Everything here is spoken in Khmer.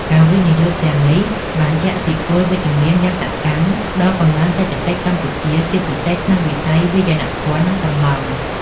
ការវិនិយោគទាំងនេះបានជះឥទ្ធិពលវិជ្ជមានយ៉ាងសកម្មដល់កំណើនសេដ្ឋកិច្ចកម្ពុជា ជាពិសេសក្នុងវិស័យ វាយនភ័ណ្ឌ និងសំណង់។